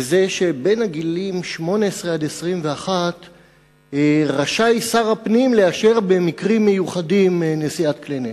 וזה שבגילים 18 21 רשאי שר הפנים לאשר במקרים מיוחדים נשיאת כלי נשק.